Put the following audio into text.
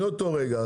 מאותו רגע,